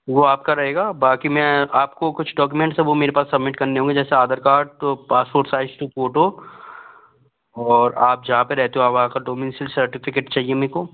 वो आपका रहेगा बाक़ी मैं आपको कुछ डाक्यूमेंट्स हैं वह मेरे पास सबमिट करने होंगे जैसे आधार कार्ड दो पासपोर्ट साइज़ की फ़ोटो और आप जहाँ पर रहते हो आप वहाँ का डोमेस्टिक सर्टिफ़िकेट चाहिए मे को